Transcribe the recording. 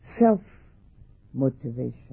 self-motivation